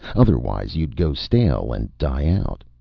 otherwise, you'd go stale and die out.